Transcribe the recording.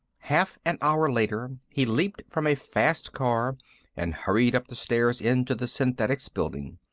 half an hour later, he leaped from a fast car and hurried up the stairs into the synthetics building.